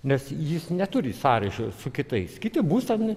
nes jis neturi sąryšio su kitais kiti bus ten